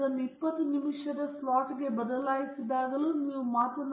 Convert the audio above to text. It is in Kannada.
ನಾವು ತಾಂತ್ರಿಕ ಪ್ರಸ್ತುತಿ ಕಾರ್ಯಕ್ರಮದ ಬಗ್ಗೆ ಮಾತನಾಡಿದ್ದೇವೆ ಇದು ಜರ್ನಲ್ ಪೇಪರ್ನೊಂದಿಗೆ ಹೇಗೆ ಭಿನ್ನವಾಗಿದೆ